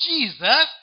Jesus